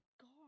god